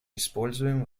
используем